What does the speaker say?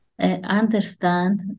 understand